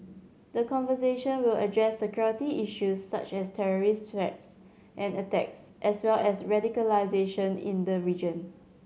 the conversation will address security issues such as terrorist threats and attacks as well as radicalisation in the region